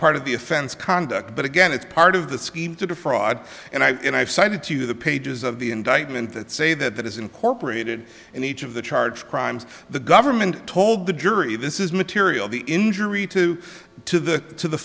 part of the offense conduct but again it's part of the scheme to defraud and i've cited to the pages of the indictment that say that that is incorporated in each of the charge crimes the government told the jury this is material the injury to to the to the